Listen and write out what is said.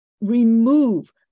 remove